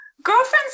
Girlfriend's